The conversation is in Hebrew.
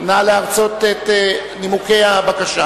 נא להרצות את נימוקי הבקשה.